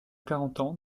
carentan